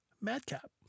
Madcap